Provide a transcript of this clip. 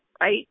right